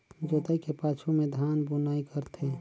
जोतई के पाछू में धान बुनई करथे